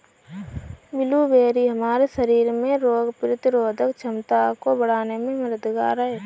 blueberry हमारे शरीर में रोग प्रतिरोधक क्षमता को बढ़ाने में मददगार है